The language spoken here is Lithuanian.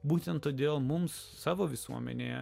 būtent todėl mums savo visuomenė